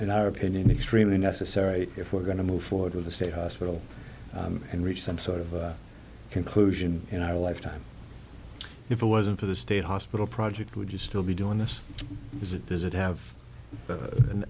in our opinion extremely necessary if we're going to move forward with the state hospital and reach some sort of conclusion in our lifetime if it wasn't for the state hospital project would you still be doing this is it does it have